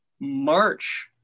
March